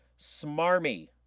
Smarmy